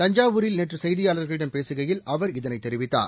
தஞ்சாவூரில் நேற்று செய்தியாளர்களிடம் பேசுகையில் அவர் இதனைத் தெரிவித்தார்